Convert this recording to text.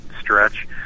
stretch